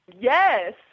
Yes